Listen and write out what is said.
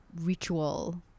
ritual